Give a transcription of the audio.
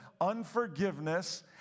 unforgiveness